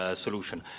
ah solution.